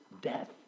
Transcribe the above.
death